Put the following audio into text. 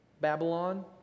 Babylon